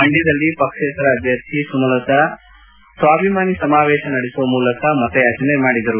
ಮಂಡ್ಕದಲ್ಲಿ ಪಕ್ಷೇತರ ಅಭ್ಯರ್ಥಿ ಸುಮಲತಾ ಸ್ವಾಭಿಮಾನಿ ಸಮಾವೇಶ ನಡೆಸುವ ಮೂಲಕ ಮತಯಾಚನೆ ನಡೆಸಿದರು